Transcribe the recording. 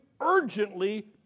urgently